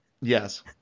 Yes